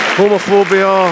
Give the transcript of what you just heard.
homophobia